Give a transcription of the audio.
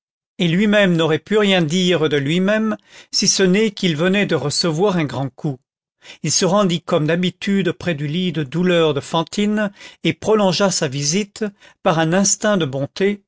et lui-même n'aurait pu rien dire de lui-même si ce n'est qu'il venait de recevoir un grand coup il se rendit comme d'habitude près du lit de douleur de fantine et prolongea sa visite par un instinct de bonté